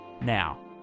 Now